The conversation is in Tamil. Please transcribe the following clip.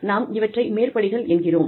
நாம் இவற்றை மேற்படிகள் என்கிறோம்